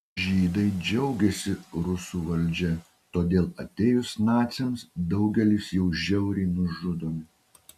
žydai džiaugiasi rusų valdžia todėl atėjus naciams daugelis jų žiauriai nužudomi